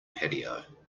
patio